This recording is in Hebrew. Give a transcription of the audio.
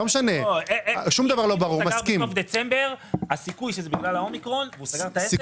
אם הוא סגר את העסק בסוף דצמבר הסיכוי שזה בגלל האומיקרון הוא אפסי.